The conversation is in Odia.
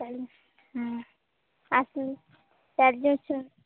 ଚାଲୁ ହୁଁ ଆସୁନି କାଢ଼ି ଦେଇଛନ୍